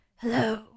hello